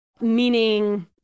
meaning